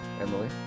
Emily